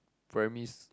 primary